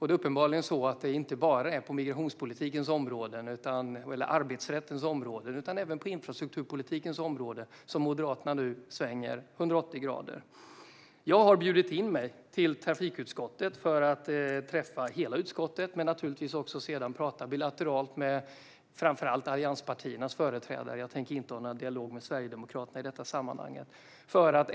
Det är uppenbarligen så att det inte bara är på migrationspolitikens och arbetsrättens utan även på infrastrukturpolitikens område som Moderaterna nu svänger 180 grader. Jag har bjudit in mig till trafikutskottet för att träffa hela utskottet och naturligtvis sedan också prata bilateralt med framför allt allianspartiernas företrädare. Jag tänker inte ha någon dialog med Sverigedemokraterna i detta sammanhang.